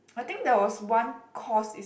I think there was one course its